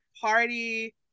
party